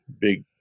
big